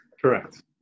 Correct